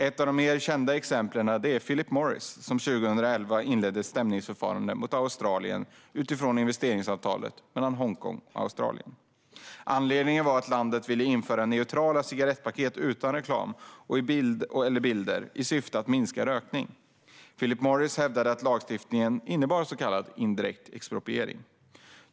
Ett av de mer kända exemplen är då tobaksbolaget Philip Morris 2011 inledde ett stämningsförfarande mot Australien utifrån investeringsavtalet mellan Hongkong och Australien. Anledningen var att landet ville införa neutrala cigarettpaket utan reklam eller bilder i syfte att minska rökningen. Philip Morris hävdade att lagstiftningen innebar en så kallad indirekt expropriation.